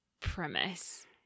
premise